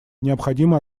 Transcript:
необходимо